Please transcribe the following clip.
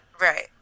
Right